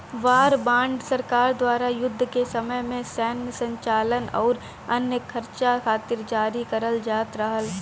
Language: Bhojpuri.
वॉर बांड सरकार द्वारा युद्ध के समय में सैन्य संचालन आउर अन्य खर्चा खातिर जारी करल जात रहल